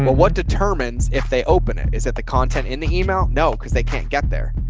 what determines if they open it? is that the content in the email? no. cause they can't get there.